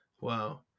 Wow